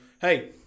hey